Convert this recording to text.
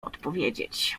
odpowiedzieć